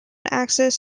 access